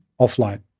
offline